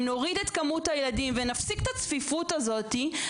אם נוריד את כמות הילדים ונפסיק את הצפיפות הזאת,